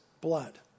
blood